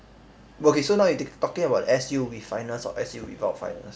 okay so now you take talking about the S_U with finals or S_U without finals